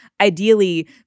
ideally